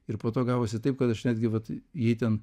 ir po to gavosi taip kad aš netgi vat jai ten